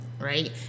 right